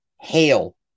hail